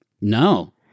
No